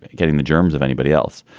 getting the germs of anybody else.